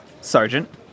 Sergeant